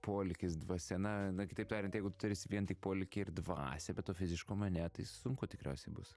polėkis dvasia na na kitaip tariant jeigu tu turėsi vien tik polėkį ir dvasią be to fiziškumo ne tai sunku tikriausiai bus